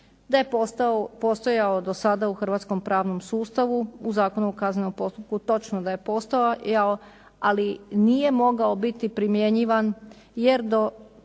da je postojao do sada u hrvatskom pravnom sustavu u Zakonu o kaznenom postupku točno da je postojao ali nije mogao biti primjenjivan jer do